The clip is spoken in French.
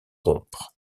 rompre